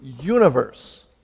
universe